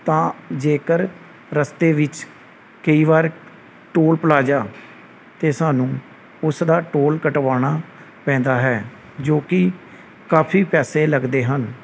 ਤਾਂ ਜੇਕਰ ਰਸਤੇ ਵਿੱਚ ਕਈ ਵਾਰ ਟੋਲ ਪਲਾਜਾ 'ਤੇ ਸਾਨੂੰ ਉਸਦਾ ਟੋਲ ਕਟਵਾਉਣਾ ਪੈਂਦਾ ਹੈ ਜੋ ਕਿ ਕਾਫ਼ੀ ਪੈਸੇ ਲੱਗਦੇ ਹਨ